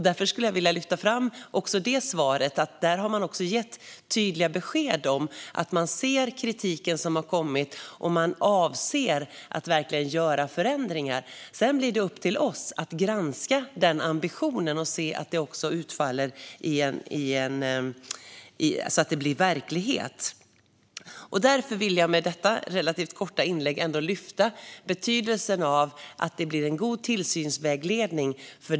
Därför skulle jag också vilja lyfta fram det svaret. Man har gett tydliga besked om att man ser den kritik som kommit och avser att verkligen göra förändringar. Sedan blir det upp till oss att granska den ambitionen och se till att detta blir verklighet. Jag vill därför med detta relativt korta inlägg lyfta betydelsen av en god tillsynsvägledning.